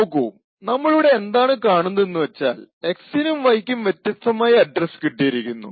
നോക്കൂ നമ്മളിവിടെ എന്താണ് കാണുന്നതെന്നുവച്ചാൽ X നും Y ക്കും വ്യത്യസ്തമായ അഡ്രസ്സ് കിട്ടിയിരിക്കുന്നു